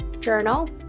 journal